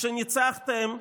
כשניצחתם,